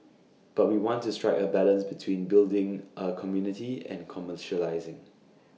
but we want to strike A balance between building A community and commercialising